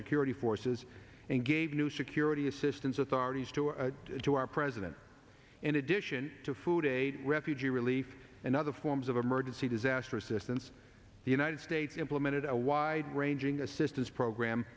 security forces and gave new security assistance authorities to our president in addition to food aid refugee relief and other forms of a murder see disaster assistance the united states implemented a wide ranging assistance program